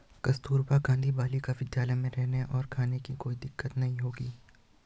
कस्तूरबा गांधी बालिका विद्यालय में रहने और खाने की कोई दिक्कत नहीं होगी